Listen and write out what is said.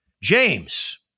James